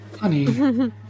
Honey